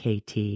KT